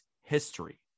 history